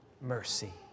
mercy